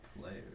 players